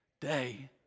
day